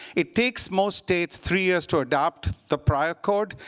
it takes most states three years to adopt the prior code.